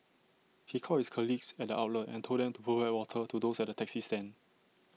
he called his colleagues at the outlet and told them to provide water to those at the taxi stand